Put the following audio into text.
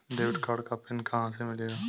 Debit card का PIN कहां से मिलेगा?